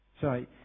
Sorry